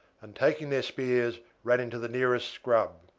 and, taking their spears, ran into the nearest scrub.